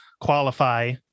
qualify